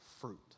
fruit